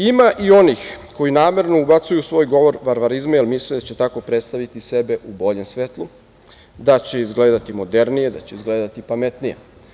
Ima i onih koji namerno ubacuju u svoj govor varvarizme, jer misle da će tako predstaviti sebe u boljem svetlu, da će izgledati modernije, da će izgledati pametnije.